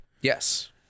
Yes